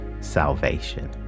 salvation